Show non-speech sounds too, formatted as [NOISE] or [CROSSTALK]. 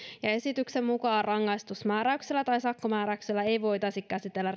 esityksen mukaan rangaistusmääräyksellä tai sakkomääräyksellä ei voitaisi käsitellä [UNINTELLIGIBLE]